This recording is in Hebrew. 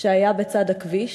שהיה בצד הכביש.